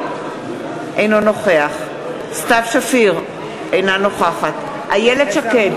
אינו נוכח סתיו שפיר, אינה נוכחת איילת שקד,